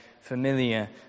familiar